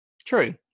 True